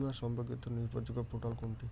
বীমা সম্পর্কিত নির্ভরযোগ্য পোর্টাল কোনটি?